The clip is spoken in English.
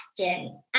question